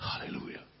Hallelujah